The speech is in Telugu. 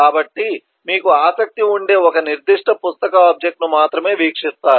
కాబట్టి మీకు ఆసక్తి ఉండే ఒక నిర్దిష్ట పుస్తక ఆబ్జెక్ట్ ను మాత్రమే వీక్షిస్తారు